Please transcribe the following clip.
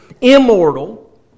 immortal